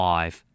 Five